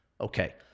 Okay